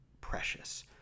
precious